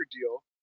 deal